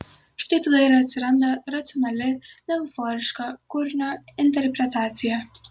štai tada ir atsiranda racionali neeuforiška kūrinio interpretacija